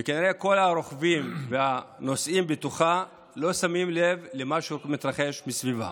וכנראה כל הרוכבים והנוסעים בתוכה לא שמים לב למה שמתרחש מסביבה.